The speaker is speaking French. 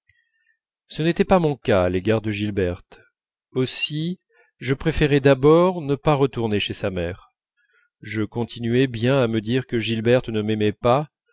ce n'était pas mon cas à l'égard de gilberte aussi je préférai d'abord ne pas retourner chez sa mère je continuais bien à me dire que gilberte ne m'aimait pas